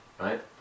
right